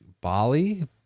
Bali